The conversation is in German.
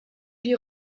die